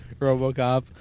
robocop